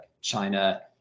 China